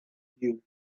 you